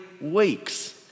weeks